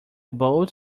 boat